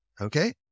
Okay